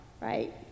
right